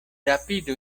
rapidu